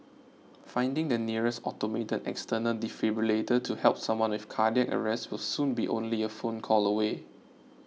finding the nearest automated external defibrillator to help someone with cardiac arrest will soon be only a phone call away